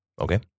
Okay